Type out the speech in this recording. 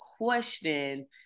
question